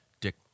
Dick